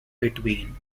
between